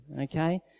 okay